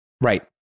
Right